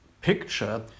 picture